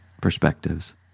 perspectives